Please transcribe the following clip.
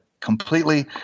completely